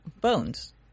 bones